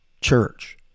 church